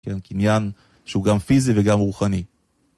כן, כי עניין שהוא גם פיזי וגם רוחני.